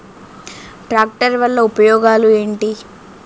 Tractor వల్ల ఉపయోగాలు ఏంటీ?